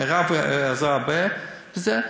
מירב עזרה הרבה בזה.